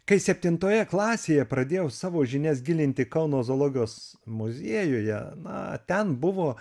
kai septintoje klasėje pradėjau savo žinias gilinti kauno zoologijos muziejuje na ten buvo